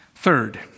Third